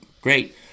Great